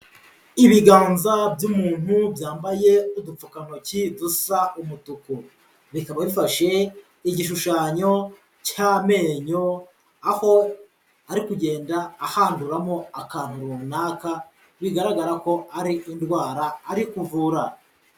Ibiganza by'umuntu byambaye udupfukantoki dusa umutuku, bikaba bifashe igishushanyo cy'amenyo aho ari kugenda ahanduramo akantu runaka, bigaragara ko ari indwara ari kuvura.